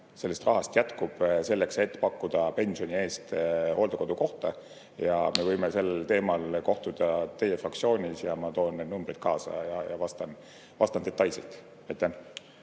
Sellest rahast jätkub selleks, et pakkuda pensioni eest hooldekodukohta. Me võime sel teemal kohtuda teie fraktsioonis, ma toon need numbrid kaasa ja vastan detailselt. Aitäh!